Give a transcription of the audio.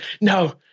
No